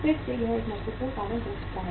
फिर से यह एक महत्वपूर्ण कारण हो सकता है